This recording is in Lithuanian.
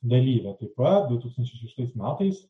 dalyvė taip pat du tūkstančiai šeštais metais